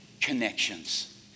connections